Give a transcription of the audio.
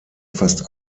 fast